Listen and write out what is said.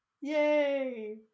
yay